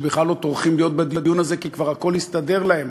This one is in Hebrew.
שבכלל לא טורחים להיות בדיון הזה כי כבר הכול הסתדר להם,